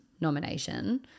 nomination